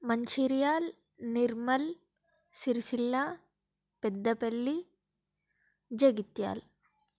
Mancherial Nirmal Sircilla Peddapalli Jagtial